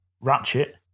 Ratchet